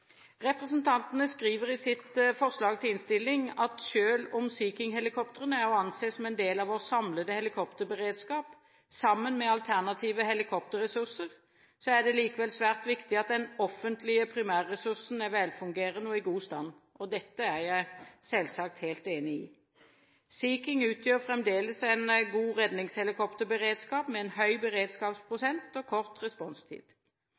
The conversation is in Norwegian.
Representantene skriver i sitt forslag til innstilling at selv om Sea King-helikoptrene er å anse som en del av vår samlede helikopterberedskap sammen med alternative helikopterressurser, er det likevel svært viktig at den offentlige primærressursen er velfungerende og i god stand. Dette er jeg selvsagt helt enig i. Sea King utgjør fremdeles en god redningshelikopterberedskap med en høy beredskapsprosent og kort responstid.